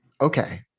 Okay